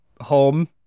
home